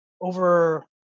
over